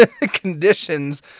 conditions